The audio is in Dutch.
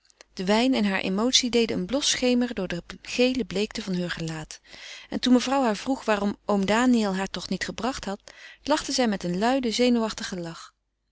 de wijn en hare emotie deden een blos schemeren door de gele bleekte van heur gelaat en toen mevrouw haar vroeg waarom oom daniël haar toch niet gebracht had lachte zij met een luiden zenuwachtigen lach